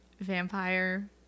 vampire